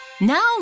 Now